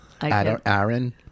Aaron